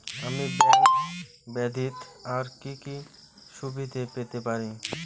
আমি ব্যাংক ব্যথিত আর কি কি সুবিধে পেতে পারি?